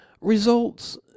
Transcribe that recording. results